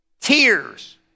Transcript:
tears